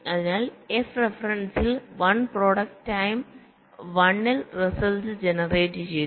അതിനാൽ എഫ് റഫറൻസിൽ 1 product time 1 ൽ റിസൾട്ട് ജനറേറ്റ് ചെയ്തു